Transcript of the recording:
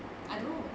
I don't know